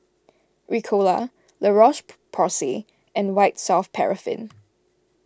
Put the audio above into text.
Ricola La Roche Porsay and White Soft Paraffin